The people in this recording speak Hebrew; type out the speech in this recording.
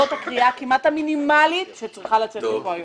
אני חושבת שזו הקריאה הכמעט מינימלית שצריכה לצאת מפה היום.